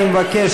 אני מבקש,